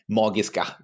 magiska